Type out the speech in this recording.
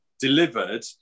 delivered